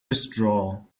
withdraw